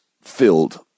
filled